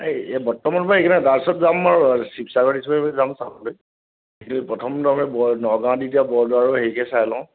এই বৰ্তমান যাম আৰু শিৱসাগৰ তিবসাগৰ যাম চাবলৈ কিন্তু প্ৰথম তাৰমানে ব নগাঁও দি এতিয়া বৰদোৱা আৰু হেৰিকে চাই লওঁ